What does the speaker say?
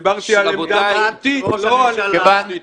דיברתי על העמדה המהותית, ולא הפוליטית.